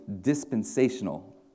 dispensational